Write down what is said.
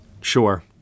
Sure